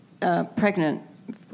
pregnant